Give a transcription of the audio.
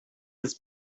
his